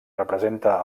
representa